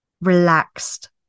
relaxed